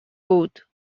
بود